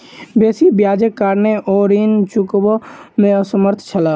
बेसी ब्याजक कारणेँ ओ ऋण चुकबअ में असमर्थ छला